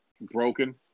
broken